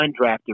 undrafted